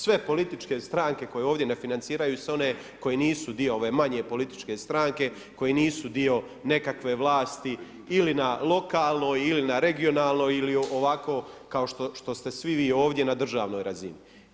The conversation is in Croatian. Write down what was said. Sve političke stranke koje ovdje ne financiraju se one koje nisu dio ove manje političke stranke, koje nisu dio nekakve vlasti ili na lokalnoj ili na regionalnoj ili ovako kao što ste svi vi ovdje na državnoj razini.